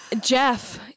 Jeff